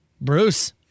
Bruce